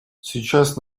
сейчас